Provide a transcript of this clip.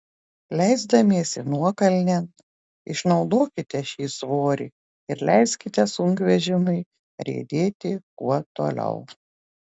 leisdamiesi nuokalnėn išnaudokite šį svorį ir leiskite sunkvežimiui riedėti kuo toliau